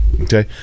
okay